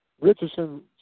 Richardson